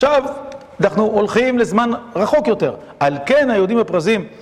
עכשיו אנחנו הולכים לזמן רחוק יותר, על כן היהודים הפרזים